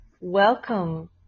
welcome